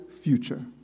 future